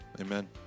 Amen